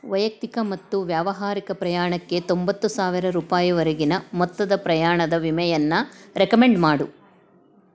ವೈಯಕ್ತಿಕ ಮತ್ತು ವ್ಯಾವಹಾರಿಕ ಪ್ರಯಾಣಕ್ಕೆ ತೊಂಬತ್ತು ಸಾವಿರ ರೂಪಾಯಿವರೆಗಿನ ಮೊತ್ತದ ಪ್ರಯಾಣದ ವಿಮೆಯನ್ನು ರೆಕಮೆಂಡ್ ಮಾಡು